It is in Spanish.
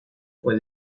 fue